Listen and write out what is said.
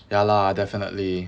ya lah definitely